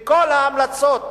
מכל ההמלצות,